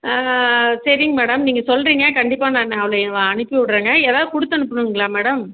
சரிங்க மேடம் நீங்கள் சொல்கிறிங்க கண்டிப்பாக நான் அவளை அனுப்பி விட்றேங்க ஏதாவது கொடுத்து அனுப்பனுங்களா மேடம்